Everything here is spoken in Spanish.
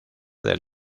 del